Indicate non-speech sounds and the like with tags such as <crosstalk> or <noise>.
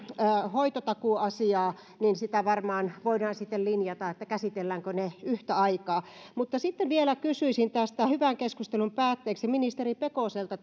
hoitotakuuasiaa niin sitä varmaan voidaan sitten linjata käsitelläänkö ne yhtä aikaa mutta sitten vielä kysyisin hyvän keskustelun päätteeksi ministeri pekoselta <unintelligible>